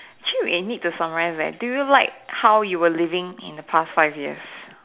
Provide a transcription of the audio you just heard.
actually we need to summarize leh do you like how you were living in the past five years